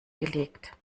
gelegt